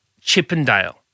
Chippendale